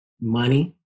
money